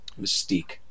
mystique